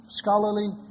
scholarly